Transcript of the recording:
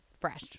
fresh